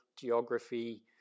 geography